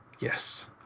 Yes